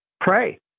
pray